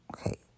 Okay